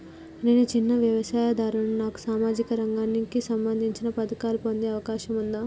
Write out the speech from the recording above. నేను చిన్న వ్యవసాయదారుడిని నాకు సామాజిక రంగానికి సంబంధించిన పథకాలు పొందే అవకాశం ఉందా?